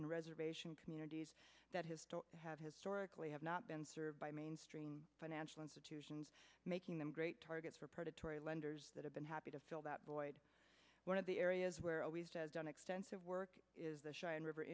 in reservation communities that has to have historically have not been served by mainstream financial institutions making them great targets for predatory lenders that have been happy to fill that void one of the area is where always has done extensive work is the cheyenne river